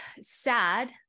sad